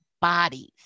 bodies